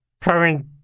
current